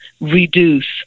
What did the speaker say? reduce